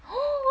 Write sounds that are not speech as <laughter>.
<noise>